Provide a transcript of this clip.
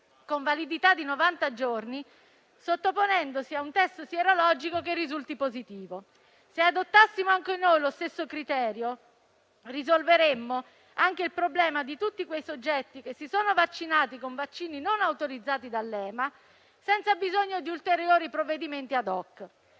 con validità di 90 giorni sottoponendosi a un test sierologico che risulti positivo. Se adottassimo anche noi lo stesso criterio, risolveremmo anche il problema di tutti quei soggetti che si sono vaccinati con vaccini non autorizzati dall'EMA senza bisogno di ulteriori provvedimenti *ad hoc.*